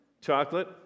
chocolate